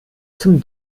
zum